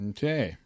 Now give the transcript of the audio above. Okay